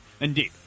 Indeed